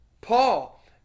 Paul